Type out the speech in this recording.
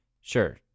Sure